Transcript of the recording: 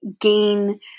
gain